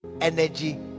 Energy